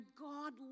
God